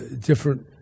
different